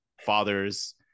fathers